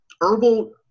Herbal